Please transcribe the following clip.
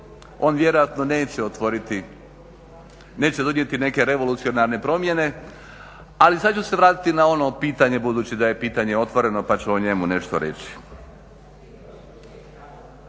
On vjerojatno neće donijeti neke revolucionarne promjene. Ali sada ću se vratiti na ono pitanje budući da je pitanje otvoreno pa ću o njemu nešto reći.